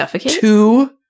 two